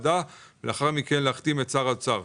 לאחר מכן להחתים את שר האוצר.